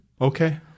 Okay